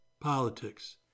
politics